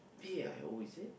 V A I O is it